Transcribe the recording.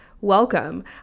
welcome